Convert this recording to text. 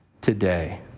today